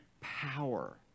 power